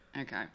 Okay